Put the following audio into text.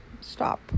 stop